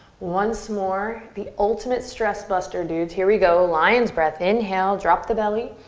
once more, the ultimate stress buster, dudes. here we go, lion's breath. inhale, drop the belly.